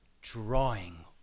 drawing